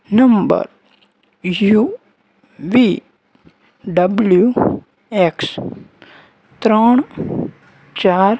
number U V W X ત્રણ ચાર